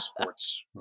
sports